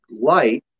light